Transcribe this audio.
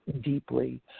deeply